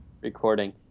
recording